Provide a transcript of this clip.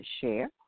share